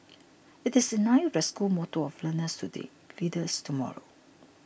it is in line with the school motto of learners today leaders tomorrow